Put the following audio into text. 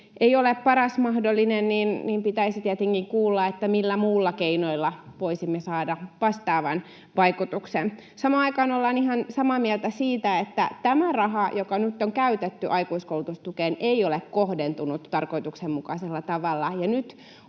ei ole paras mahdollinen, niin pitäisi tietenkin kuulla, millä muilla keinoilla voisimme saada vastaavan vaikutuksen. Samaan aikaan ollaan ihan samaa mieltä siitä, että tämä raha, joka nyt on käytetty aikuiskoulutustukeen, ei ole kohdentunut tarkoituksenmukaisella tavalla.